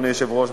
אדוני היושב-ראש,